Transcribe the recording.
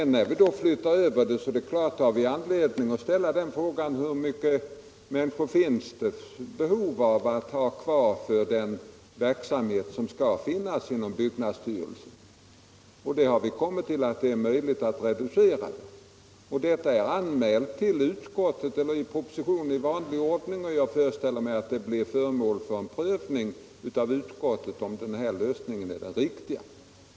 När vi då flyttar över det, har vi anledning att ställa frågan: Hur många människor finns det ett behov av att ha kvar för den verksamhet som skall finnas inom byggnadsstyrelsen? Vi har kommit fram till att det är möjligt att reducera antalet. Detta är anmält i proposition i vanlig ordning, och jag föreställer mig att utskottet prövar om den här lösningen är den riktiga.